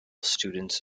students